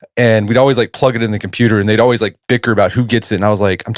and we'd always like plug it in the computer and they'd always like bicker about who gets it. and i was like,